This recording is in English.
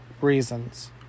reasons